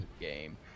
game